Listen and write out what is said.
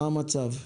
מה המצב?